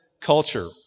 culture